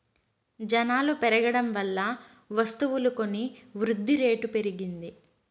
జనాలు పెరగడం వల్ల వస్తువులు కొని వృద్ధిరేటు పెరిగింది